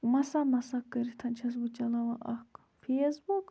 مَسا مَسا کٔرِتھ چھَس بہٕ چَلاوان اَکھ فیس بُک